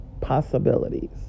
possibilities